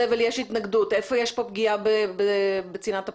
איפה יש פה פגיעה בצנעת הפרט?